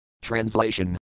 Translation